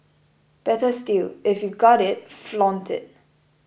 better still if you got it flaunt it